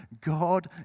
God